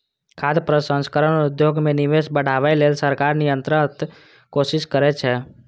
खाद्य प्रसंस्करण उद्योग मे निवेश बढ़ाबै लेल सरकार निरंतर कोशिश करै छै